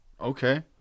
okay